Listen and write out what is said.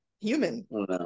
human